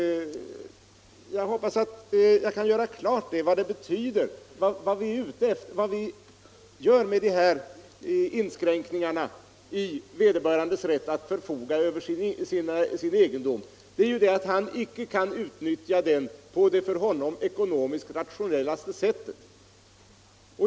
Jag hoppas jag kan göra klart vad detta betyder. Vad vi åstadkommer med de här inskränkningarna i markägarens rätt att förfoga över sin egendom är ju att han inte kan utnyttja den på det för honom ekonomiskt rationellaste sättet.